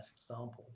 example